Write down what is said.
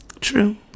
True